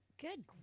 Good